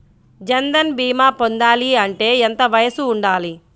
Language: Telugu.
జన్ధన్ భీమా పొందాలి అంటే ఎంత వయసు ఉండాలి?